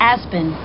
Aspen